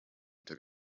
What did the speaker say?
took